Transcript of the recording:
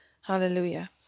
Hallelujah